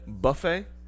Buffet